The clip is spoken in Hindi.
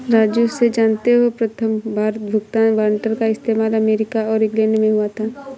राजू से जानते हो प्रथमबार भुगतान वारंट का इस्तेमाल अमेरिका और इंग्लैंड में हुआ था